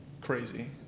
crazy